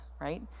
right